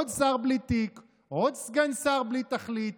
עוד שר בלי תיק, עוד סגן שר בלי תכלית.